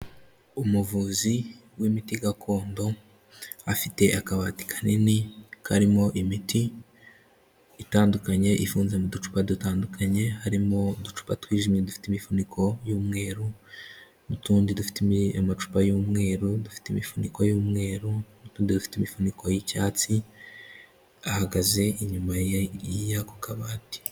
Umuvuzi w'imiti gakondo afite akabati kanini karimo imiti itandukanye ifunze mu ducupa dutandukanye harimo uducupa twijimye dufite imifuniko y'umweru n'utundi dufite amacupa y'umweru dufite imifuniko y'umweru n'utundi dufite imifuniko y'icyatsi ahagaze inyuma y'ako kabati.